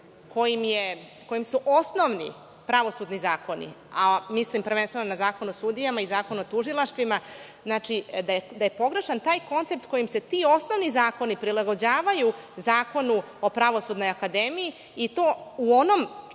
kojim su osnovni pravosudni zakoni, a mislim prvenstveno na Zakon o sudijama i zakon o tužilaštvima, da je pogrešan taj koncept kojim se ti osnovni zakoni prilagođavaju Zakonu o Pravosudnoj akademiji i to u onom članu